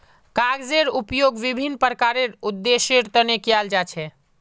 कागजेर उपयोग विभिन्न प्रकारेर उद्देश्येर तने कियाल जा छे